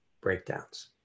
breakdowns